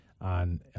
on